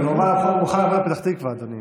אני מוכן לבוא לפתח תקווה, אדוני.